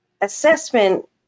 assessment